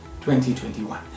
2021